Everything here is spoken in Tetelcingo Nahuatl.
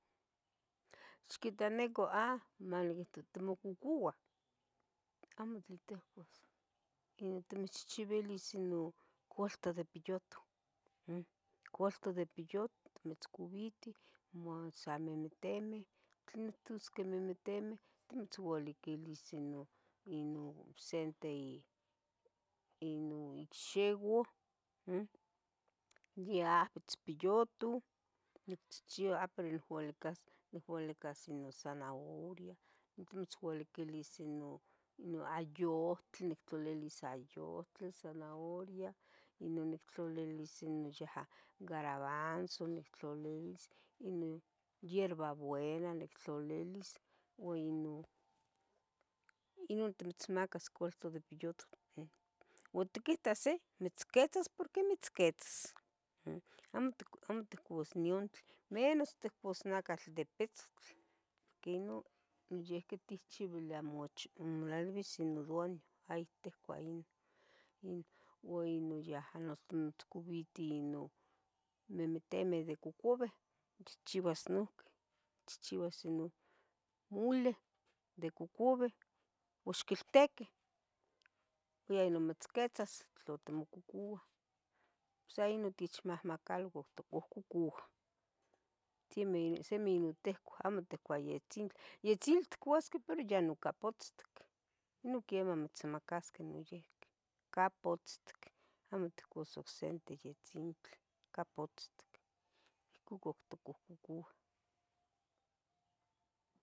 Ixqueto neco ah, ma niquihto timococouah, amo titehcos, timichchivilis inon colto de pillotoh, m, colto de pillot mitzcovitih mo a sa memetemeh, tlenon tusqueh memetemeh timitzualiquilis inon, inon sente inon icxiou m, ya ahvitzpillutuh nicchihchiua ah pero nihualicas, nihualicas inon zanauria timitzaualiquilis inon, inin ayuhtli nictlulilis, ayohtli nictlolilis garabanzo nictlalilis hierva buena nictlulilis ua inon, inon timitzmacas calto de pillotuh m, oh tiquitas eh, metzquetzas porque metzquetzsa m, amo ti- ticouas niuntli, menos ticouas nacatl de pitzotl porque inon yeh quitihchivilia mocho inon doño iyih tecua inon. Una no yah noso coviteh non memetemeh de cocoveh chihchivas nonqueh chigchivas inon muleh de cocoveh, uan oxqueltequeh inon mitzquetzas tlo timomocouah sa inon tecmahmaca tocuhcucul algu simi, simi yenon tehcuah amo. amo tecuah, yetzintli ticouasque yenon capotztic inon quemah mitzonmacasque noyihqui capotztic amo tihcouasnose sente yetleitle, capotztic ihcucuc tucuhcucuah